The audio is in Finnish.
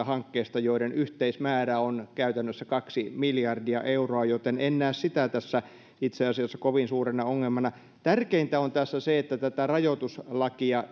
hankkeesta joiden yhteismäärä on käytännössä kaksi miljardia euroa joten en näe sitä tässä itse asiassa kovin suurena ongelmana tärkeintä on tässä se että tätä rajoituslakia